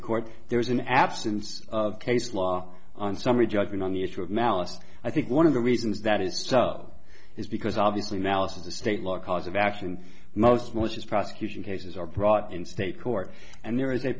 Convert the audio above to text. the court there's an absence of case law on summary judgment on the issue of malice i think one of the reasons that is so is because obviously malice of the state law cause of action most was prosecution cases are brought in state court and there is a